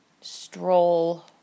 Stroll